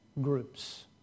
groups